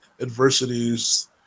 adversities